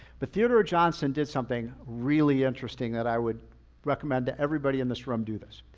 but theodore johnson did something really interesting that i would recommend to everybody in this realm do this.